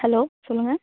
hello சொல்லுங்க